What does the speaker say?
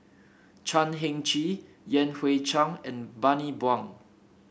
Chan Heng Chee Yan Hui Chang and Bani Buang